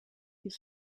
die